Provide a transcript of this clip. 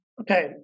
okay